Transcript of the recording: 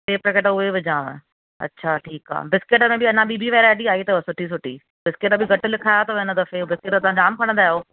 टे पैकेट उहे विझांव अच्छा ठीक आहे बिस्कुटनि में अञां ॿी बि वैराइटी आई अथव सुठी सुठी बिस्कुट बि घटि लिखाया अथव हिन दफ़े बिस्कुट तव्हां जाम खणंदा आहियो